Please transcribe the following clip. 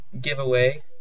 giveaway